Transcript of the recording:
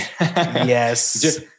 Yes